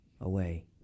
away